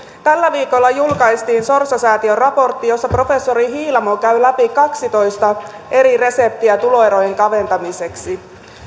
tällä viikolla julkaistiin sorsa säätiön raportti jossa professori hiilamo käy läpi kaksitoista eri reseptiä tuloerojen kaventamiseksi